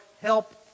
help